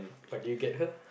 but you get her